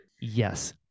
yes